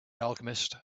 alchemists